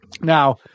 Now